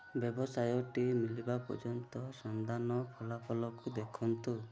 ବ୍ୟବସାୟଟି ମିଳିବା ପର୍ଯ୍ୟନ୍ତ ସନ୍ଧାନ ଫଳାଫଳକୁ ଦେଖନ୍ତୁ